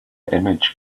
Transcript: image